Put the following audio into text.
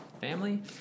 family